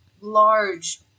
large